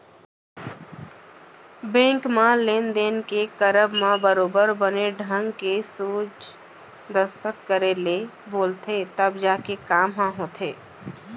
bank म लेन देन के करब म बरोबर बने ढंग के सोझ दस्खत करे ले बोलथे तब जाके काम ह होथे